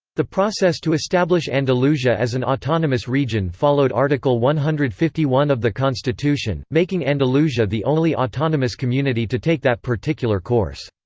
the process to establish andalusia as an autonomous region followed article one hundred and fifty one of the constitution, making andalusia the only autonomous community to take that particular course.